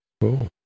Cool